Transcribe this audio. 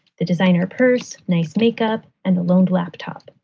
the designer purse, nice makeup and the loaned laptop.